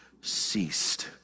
ceased